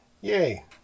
Yay